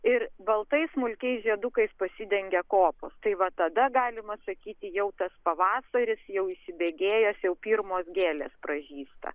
ir baltais smulkiais žiedukais pasidengia kopos tai va tada galima sakyti jau tas pavasaris jau įsibėgėjęs jau pirmos gėlės pražysta